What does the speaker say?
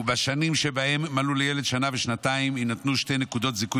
ובשנים שבהן מלאו לילד שנה ושנתיים יינתנו שתי נקודות זיכוי